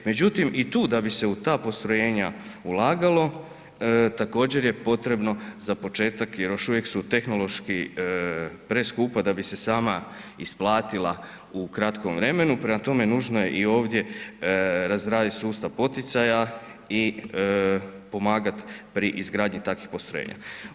Međutim, i tu da bi se u ta postrojenja ulagalo, također je potrebno za početak, jer još uvijek su tehnološki preskupa da bi se sama isplatila u kratkom vremenu, prema tome, nužno je i ovdje razraditi sustav poticaja i pomagati pri izgradnji takvih postrojenja.